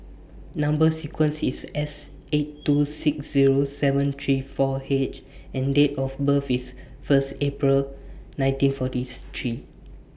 Number sequence IS S eight two six Zero seven three four H and Date of birth IS First April nineteen forty three